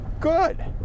Good